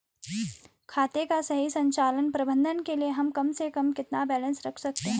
खाते का सही संचालन व प्रबंधन के लिए हम कम से कम कितना बैलेंस रख सकते हैं?